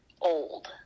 old